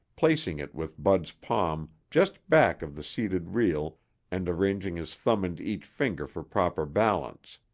placing it with bud's palm just back of the seated reel and arranging his thumb and each finger for proper balance.